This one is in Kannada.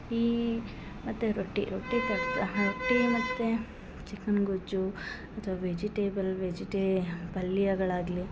ಈ ಮತ್ತು ರೊಟ್ಟಿ ರೊಟ್ಟಿ ತಡ್ದ ಹ ರೊಟ್ಟಿ ಮತ್ತು ಚಿಕನ್ ಗೊಜ್ಜು ಮತ್ತು ವೆಜಿಟೇಬಲ್ ವೆಜಿಟೇ ಪಲ್ಯಗಳಾಗಲಿ